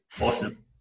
Awesome